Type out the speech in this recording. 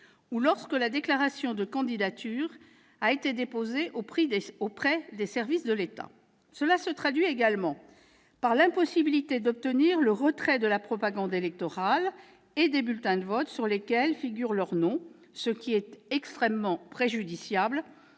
ou lorsque la déclaration de candidature a été déposée auprès des services de l'État. Cela se traduit également par l'impossibilité d'obtenir le retrait de la propagande électorale et des bulletins de vote sur lesquels figure leur nom, ce qui est extrêmement préjudiciable